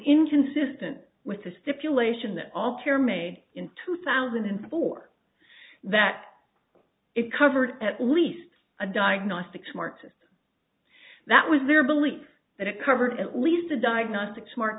inconsistent with the stipulation that altera made in two thousand and four that it covered at least a diagnostic smart system that was their belief that it covered at least a diagnostic smart